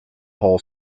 hall